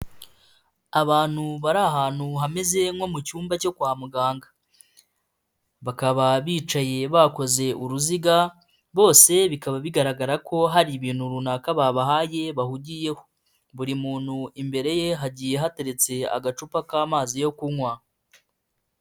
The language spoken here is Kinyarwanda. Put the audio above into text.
Abantu bari ahantu hameze nko mu cyumba cyo kwa muganga bakaba bicaye bakoze uruziga bose bikaba bigaragara ko hari ibintu runaka babahaye bahugiyeho. Buri muntu imbere ye hagiye hateretse agacupa k'amazi yo kunywa.